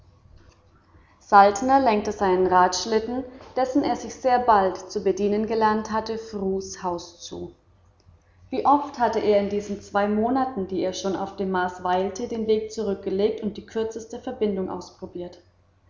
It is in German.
saltner lenkte seinen radschlitten dessen er sich sehr bald zu bedienen gelernt hatte frus haus zu wie oft hatte er in diesen zwei monaten die er schon auf dem mars weilte den weg zurückgelegt und die kürzeste verbindung